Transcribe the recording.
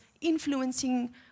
influencing